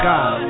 God